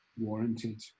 warranted